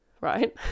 right